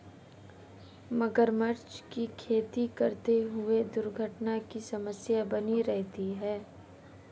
मगरमच्छ की खेती करते हुए दुर्घटना की समस्या बनी रहती है